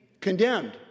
condemned